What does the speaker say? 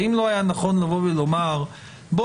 האם לא היה נכון לומר בהתחלה,